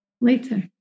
later